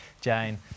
Jane